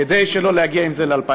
כדי שלא נגיע עם זה ל-2020.